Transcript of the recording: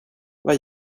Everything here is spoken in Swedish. vad